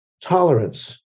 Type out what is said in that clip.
tolerance